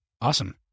Awesome